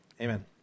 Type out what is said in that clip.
Amen